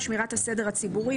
שמירת הסדר הציבורי,